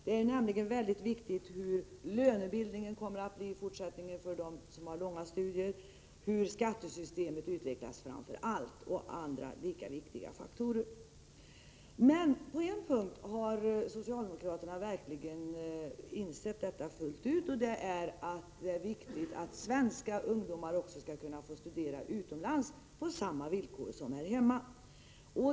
Det är nämligen väldigt viktigt hur lönebildningen kommer att bli i fortsättningen för dem som har långa studietider och framför allt hur skattesystemet utvecklas — det finns också en del andra mycket viktiga faktorer. Men på en punkt har socialdemokraterna verkligen insett fullt ut att det finns en värld runt omkring. Svenska ungdomar skall också kunna studera utomlands på samma villkor som här hemma.